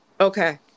Okay